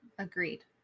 Agreed